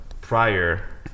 prior